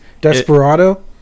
Desperado